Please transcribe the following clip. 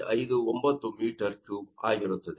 59 metre cube ಆಗಿರುತ್ತದೆ